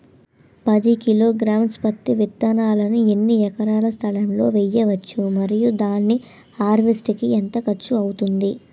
పది కిలోగ్రామ్స్ పత్తి విత్తనాలను ఎన్ని ఎకరాల స్థలం లొ వేయవచ్చు? మరియు దాని హార్వెస్ట్ కి ఎంత ఖర్చు అవుతుంది?